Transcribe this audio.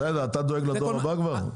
בסדר, אתה דואג לדור הבא כבר?